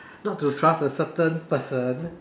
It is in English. not to trust a certain person